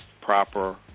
proper